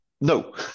no